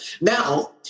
Now